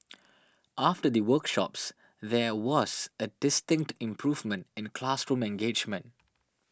after the workshops there was a distinct improvement in classroom engagement